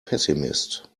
pessimist